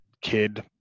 kid